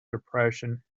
depression